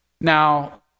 Now